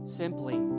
simply